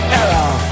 error